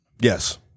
Yes